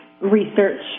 research